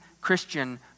Christian